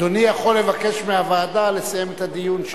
אדוני יכול לבקש מהוועדה לסיים את הדיון שלה.